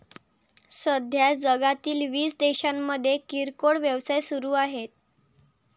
सध्या जगातील वीस देशांमध्ये किरकोळ व्यवसाय सुरू आहेत